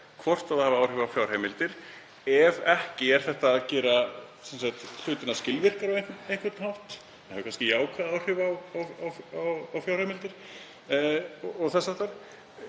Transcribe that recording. hvort það hafi áhrif á fjárheimildir, og ef ekki hvort þetta geri hlutina skilvirkari á einhvern hátt. Það hefur kannski jákvæð áhrif á fjárheimildir og þess háttar.